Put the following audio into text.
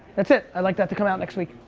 that's it. i like that to come out next week.